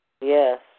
Yes